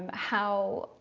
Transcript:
how